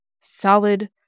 solid